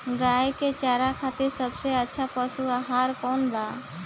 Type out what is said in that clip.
गाय के चारा खातिर सबसे अच्छा पशु आहार कौन बा?